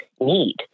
need